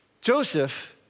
Joseph